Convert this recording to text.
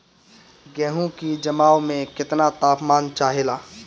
गेहू की जमाव में केतना तापमान चाहेला?